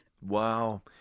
Wow